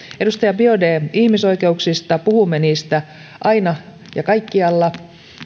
edustaja biaudet ihmisoikeuksista puhumme niistä aina ja kaikkialla